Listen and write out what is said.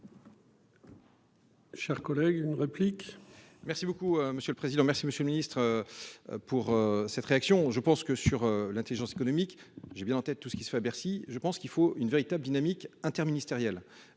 merci beaucoup monsieur le président, merci Monsieur le Ministre, pour cette réaction, je pense que sur l'Intelligence économique, j'ai bien en tête tout ce qui se fait à Bercy je pense qu'il faut une véritable dynamique interministérielle